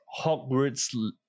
Hogwarts